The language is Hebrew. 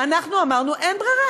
אנחנו אמרנו: אין ברירה,